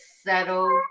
settled